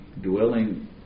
dwelling